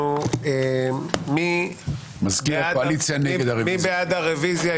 מזכיר הקואליציה נגד הרוויזיה.